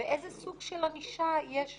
ואיזה סוג של ענישה יש שם,